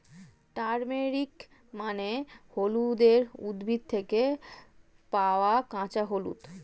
turmeric মানে হলুদের উদ্ভিদ থেকে পাওয়া কাঁচা হলুদ